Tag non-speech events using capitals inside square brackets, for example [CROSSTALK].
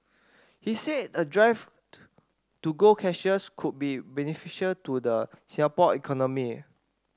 he said a drive [UNINTELLIGIBLE] to go cashless could be beneficial to the Singapore economy